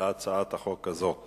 בהצעת החוק הזאת.